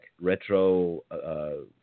retro